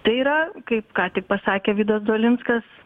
tai yra kaip ką tik pasakė vydas dolinskas